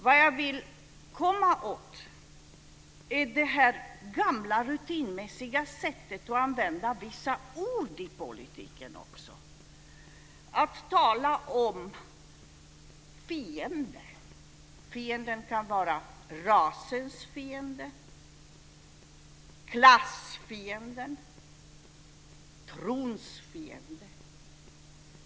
Vad jag vill komma åt är det här gamla rutinmässiga sättet att använda vissa ord i politiken. Man talar om fiender. Det kan vara rasens fiende, klassfienden och trons fiende.